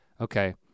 okay